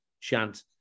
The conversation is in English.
chant